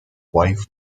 wife